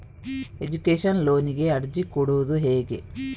Education ಲೋನಿಗೆ ಅರ್ಜಿ ಕೊಡೂದು ಹೇಗೆ?